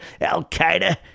Al-Qaeda